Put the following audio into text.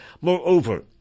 Moreover